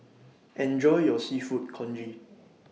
Enjoy your Seafood Congee